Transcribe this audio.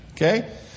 Okay